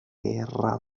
guerra